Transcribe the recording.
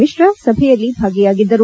ಮಿಶ್ರಾ ಸಭೆಯಲ್ಲಿ ಭಾಗಿಯಾಗಿದ್ದರು